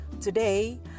Today